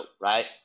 right